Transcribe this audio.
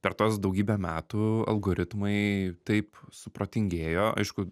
per tuos daugybę metų algoritmai taip suprotingėjo aišku